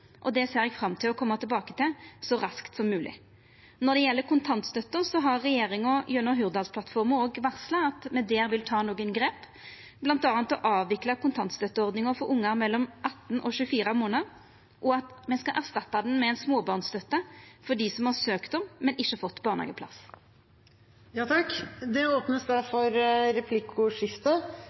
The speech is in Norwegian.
Det ser eg fram til å koma tilbake til, så raskt som mogleg. Når det gjeld kontantstøtta, har regjeringa gjennom Hurdalsplattforma varsla at me der vil ta nokre grep, bl.a. å avvikla kontantstøttordninga for ungar mellom 18 og 24 månadar, og at me skal erstatta den med ei småbarnsstøtte for dei som har søkt om, men ikkje fått barnehageplass. 115 000 barn i Norge vokser opp i vedvarende lavinntekt, eller det